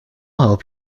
help